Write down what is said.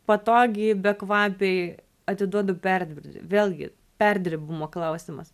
patogiai bekvapiai atiduodu perdirbti vėlgi perdirbimo klausimas